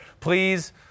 please